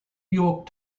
york